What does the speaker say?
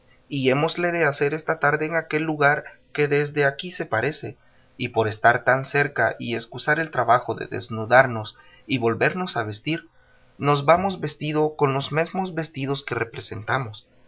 y hémosle de hacer esta tarde en aquel lugar que desde aquí se parece y por estar tan cerca y escusar el trabajo de desnudarnos y volvernos a vestir nos vamos vestidos con los mesmos vestidos que representamos